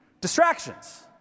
distractions